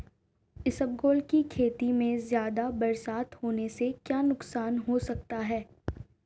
इसबगोल की खेती में ज़्यादा बरसात होने से क्या नुकसान हो सकता है?